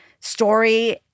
story